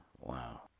Wow